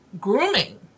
grooming